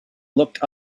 looked